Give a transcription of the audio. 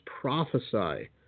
prophesy